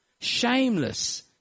shameless